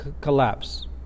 collapse